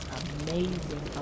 amazing